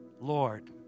Lord